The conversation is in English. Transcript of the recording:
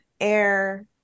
air